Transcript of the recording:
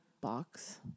box